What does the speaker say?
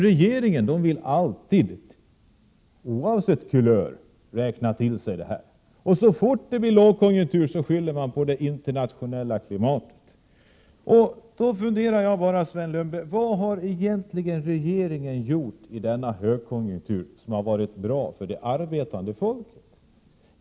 Regeringen vill alltid, oavsett kulör, ta åt sig äran av detta. Men så fort det blir lågkonjunktur skyller man på det internationella klimatet. Jag funderar, Sven Lundberg, på vad regeringen egentligen har gjort i denna högkonjunktur som har varit bra för det arbetande folket.